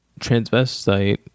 transvestite